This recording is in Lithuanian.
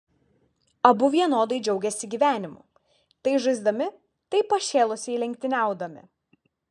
abu vienodai džiaugėsi gyvenimu tai žaisdami tai pašėlusiai lenktyniaudami